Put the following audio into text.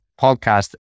Podcast